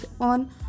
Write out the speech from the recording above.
on